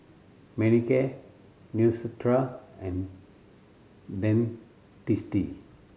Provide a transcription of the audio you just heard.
Manicare Neostrata and Dentiste